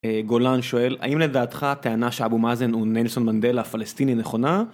גולן שואל האם לדעתך טענה שאבו מאזן הוא נלסון מנדלה פלסטיני נכונה.